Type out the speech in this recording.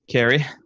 Carrie